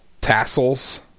tassels